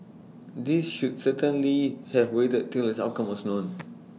these should certainly have waited till its outcome was known